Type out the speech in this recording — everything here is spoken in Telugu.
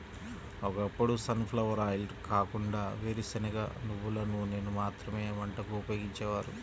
ఒకప్పుడు సన్ ఫ్లవర్ ఆయిల్ కాకుండా వేరుశనగ, నువ్వుల నూనెను మాత్రమే వంటకు ఉపయోగించేవారు